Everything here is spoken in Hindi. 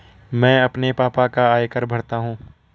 मैं अपने पापा का आयकर भरता हूं